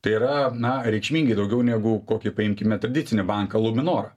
tai yra na reikšmingai daugiau negu kokį paimkime tradicinį banką luminor